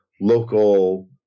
local